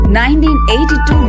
1982